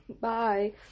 bye